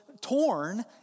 torn